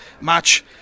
match